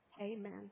Amen